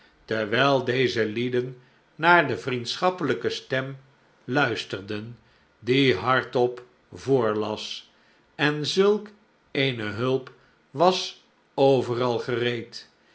ter'wijl deze heden naar de vriendschappelijke stem luisterden die hardop voorlas en zulk eene hulp was overal gereed